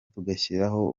tugashyiraho